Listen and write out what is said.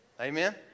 Amen